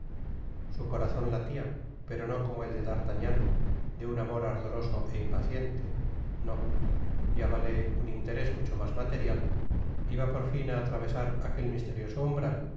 su corazon latia pero no como el de d'artagnan de un amor ardoroso é impaciente nó guiábale un interés mucho mas material iba por fin á atravesar aquel misterioso umbral